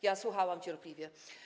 Ja słuchałam cierpliwie.